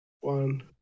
One